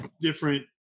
different